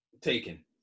taken